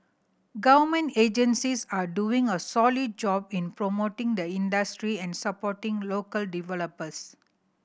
government agencies are doing a solid job in promoting the industry and supporting local developers